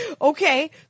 Okay